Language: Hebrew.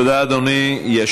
תודה, אדוני.